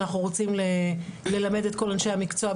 אנחנו רוצים ללמד את כל אנשי המקצוע,